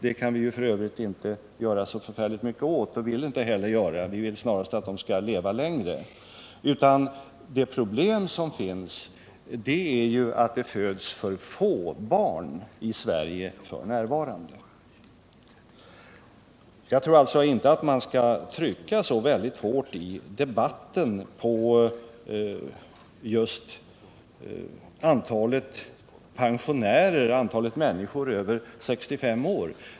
Det problem som finns är i stället att det föds för få barn i Sverige f.n. Jag tror därför inte att vi skall trycka så hårt i debatten på just antalet pensionärer, antalet människor över 65 år.